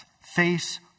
face